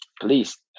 Please